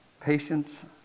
patience